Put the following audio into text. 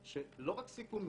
לכן הסעיף חשוב.